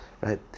right